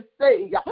say